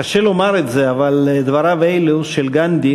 קשה לומר את זה, אבל דבריו אלו של גנדי